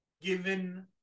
given